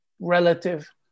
relative